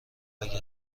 اگه